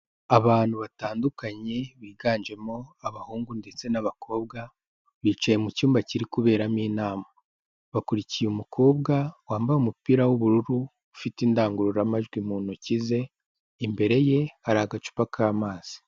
Abantu batandukanye biganjemo abahungu ndetse n'abakobwa, bicaye mu cyumba kiri kuberamo inama, bakurikiye umukobwa wambaye umupira w'ubururu, ufite indangururamajwi mu ntoki ze, imbere ye hari agacupa k'amazi.